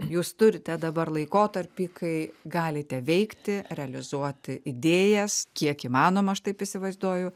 jūs turite dabar laikotarpį kai galite veikti realizuoti idėjas kiek įmanoma aš taip įsivaizduoju